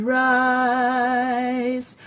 rise